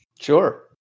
Sure